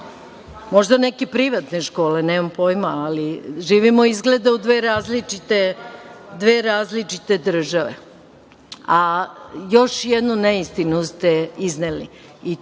Možda neke privatne škole, nemam pojma, ali živimo izgleda u dve različite države. Još jednu neistinu ste izneli